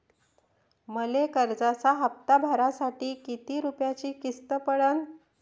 मले कर्जाचा हप्ता भरासाठी किती रूपयाची किस्त पडन?